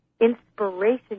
inspiration